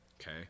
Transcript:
Okay